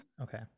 Okay